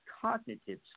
cognitive